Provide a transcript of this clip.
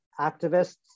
activists